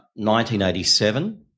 1987